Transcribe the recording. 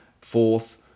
fourth